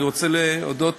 אני רוצה להודות